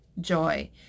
joy